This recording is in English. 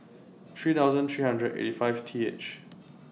three thousand three hundred and eighty five T H